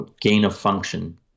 gain-of-function